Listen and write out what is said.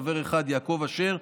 חבר אחד: יעקב אשר,